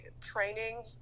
training